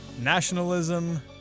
nationalism